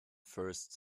first